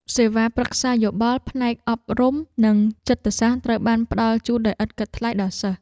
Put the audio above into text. សេវាកម្មប្រឹក្សាយោបល់ផ្នែកអប់រំនិងចិត្តសាស្ត្រត្រូវបានផ្តល់ជូនដោយឥតគិតថ្លៃដល់សិស្ស។